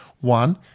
One